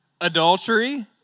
Adultery